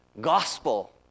gospel